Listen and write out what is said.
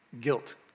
guilt